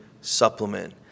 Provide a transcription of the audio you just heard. supplement